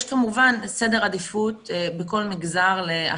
יש כמובן סדר עדיפות בכל מגזר לאכיפה.